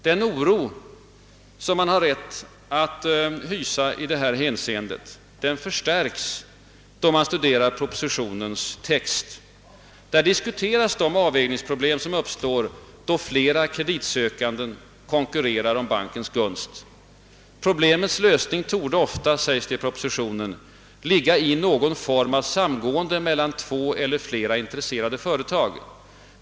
Den oro man har rätt att hysa i detta hänseende förstärks när man studerar propositionens text. Där diskuteras de avvägningsproblem, som uppstår då flera kreditsökande konkurrerar om bankens gunst. Problemets lösning torde ofta, heter det i propositionen, »ligga i någon form av samgående mellan två eller flera intresserade företag.